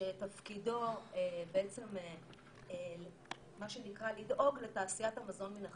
שתפקידו בעצם מה שנקרא לדאוג לתעשיית המזון מן החי.